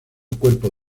cuerpo